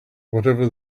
whatever